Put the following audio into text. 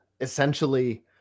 essentially